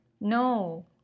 No